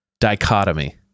Dichotomy